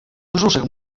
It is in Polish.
brzuszek